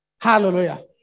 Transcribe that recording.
Hallelujah